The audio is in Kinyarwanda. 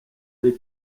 les